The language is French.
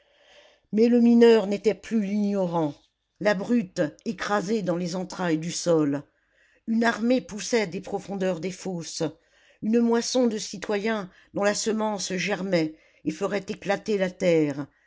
mais le mineur n'était plus l'ignorant la brute écrasée dans les entrailles du sol une armée poussait des profondeurs des fosses une moisson de citoyens dont la semence germait et ferait éclater la terre